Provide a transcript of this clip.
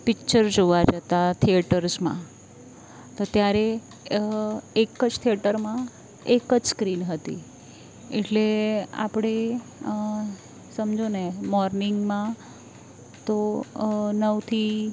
picture જોવા જતા થિયેટર્સમાં તો ત્યારે એક જ થિયેટરમાં એક જ સ્ક્રીન હતી એટલે આપણે સમજોને મોર્નિંગમાં તો નવથી